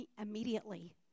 immediately